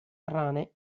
rane